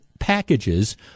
packages